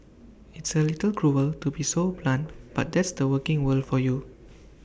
it's A little cruel to be so blunt but that's the working world for you